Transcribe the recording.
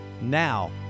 Now